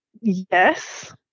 yes